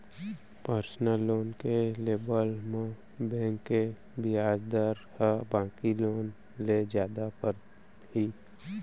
personal loan के लेवब म बेंक के बियाज दर ह बाकी लोन ले जादा रहिथे